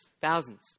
thousands